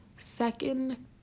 Second